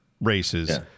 races